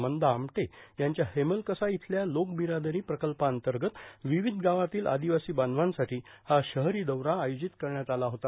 मंदा आमटे यांच्या हेमलकसा इथल्या लोकबिरादरी प्रकल्पाअंतर्गत विविध गावातील आदिवासी बांधवासाठी हा शहरी दौरा आयोजित करण्यात आला होता